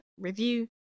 review